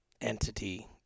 entity